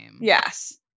Yes